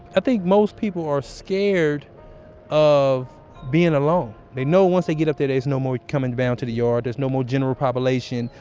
think most people are scared of being alone. they know once they get up there, there's no more coming down to the yard there's no more general population,